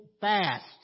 fast